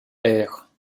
ère